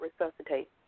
resuscitate